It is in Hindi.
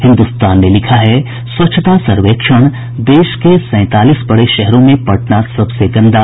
हिन्दुस्तान ने लिखा है स्वच्छता सर्वेक्षण देश के सैंतालीस बड़े शहरों में पटना सबसे गंदा